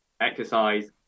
exercise